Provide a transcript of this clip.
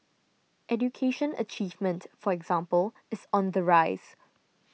education achievement for example is on the rise